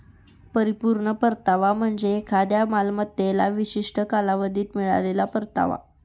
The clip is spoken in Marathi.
परिपूर्ण परतावा म्हणजे एखाद्या मालमत्तेला विशिष्ट कालावधीत मिळालेला परतावा